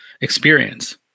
experience